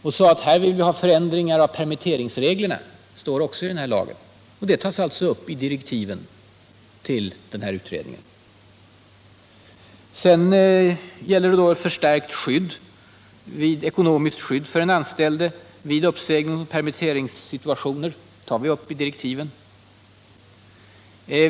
Man sade att man ville ha förändringar av permitteringsreglerna i den här lagen, och det tas också upp i direktiven till utredningen. Sedan gäller det ett förstärkt ekonomiskt skydd för den anställde vid uppsägningsoch permitteringssituationer. Det tas också upp i direktiven.